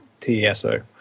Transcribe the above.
TESO